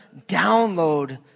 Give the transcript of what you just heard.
download